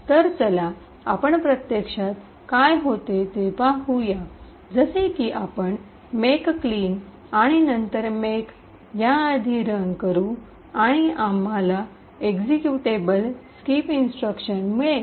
तर चला आपण प्रत्यक्षात काय होते ते पाहू या जसे की आपण मेक क्लीन आणि नंतर मेक याआधी रन करू आणि आम्हाला एक्जीक्यूटेबल स्किपइंस्ट्रक्शन मिळेल